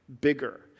bigger